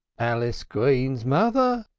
alice green's mother,